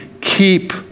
keep